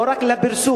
לא רק לפרסום,